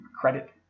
credit